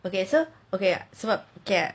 okay so okay so okay ah